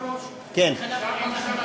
אדוני היושב-ראש, אני עולה במקומו.